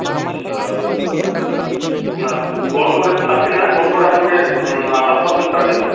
আচ্ছা এই দুটো থার্টি পারসেন্ট না গড় করে থার্টি না গড় করে আপনাকে আঠাশ পারসেন্ট ছাড় দিয়ে দেবো